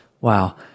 Wow